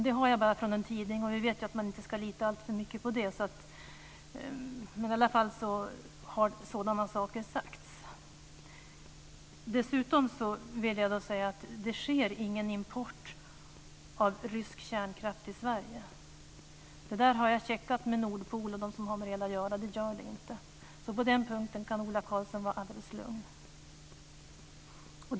Det har jag bara från en tidning, och vi vet ju att man inte ska lita alltför mycket på det, men sådana saker har i alla fall sagts. Dessutom vill jag säga att det sker ingen import av rysk kärnkraftsel till Sverige. Det har jag checkat med Nordpol och dem som har med detta att göra och det gör det inte. På den punkten kan alltså Ola Karlsson vara alldeles lugn.